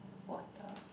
water